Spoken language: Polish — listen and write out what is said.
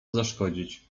zaszkodzić